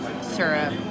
syrup